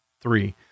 Three